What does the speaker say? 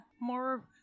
more